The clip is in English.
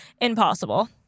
impossible